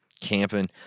Camping